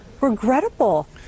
regrettable